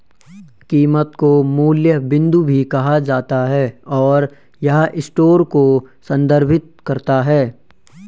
कीमत को मूल्य बिंदु भी कहा जाता है, और यह स्टोर को संदर्भित करता है